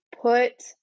put